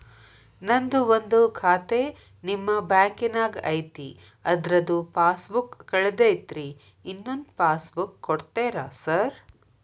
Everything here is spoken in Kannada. ನಂದು ಒಂದು ಖಾತೆ ನಿಮ್ಮ ಬ್ಯಾಂಕಿನಾಗ್ ಐತಿ ಅದ್ರದು ಪಾಸ್ ಬುಕ್ ಕಳೆದೈತ್ರಿ ಇನ್ನೊಂದ್ ಪಾಸ್ ಬುಕ್ ಕೂಡ್ತೇರಾ ಸರ್?